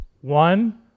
one